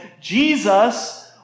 Jesus